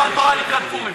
דבר תורה לקראת פורים.